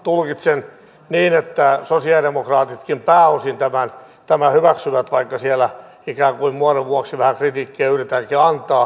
tulkitsen niin että sosialidemokraatitkin pääosin tämän hyväksyvät vaikka siellä ikään kuin muodon vuoksi vähän kritiikkiä yritetäänkin antaa